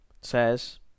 says